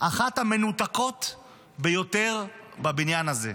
אחת המנותקות ביותר בבניין הזה.